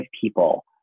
people